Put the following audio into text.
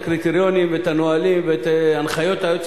את הקריטריונים ואת הנהלים ואת הנחיות היועץ